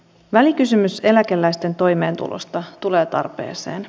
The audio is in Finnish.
välikysymys eläkeläisten toimeentulosta tulee tarpeeseen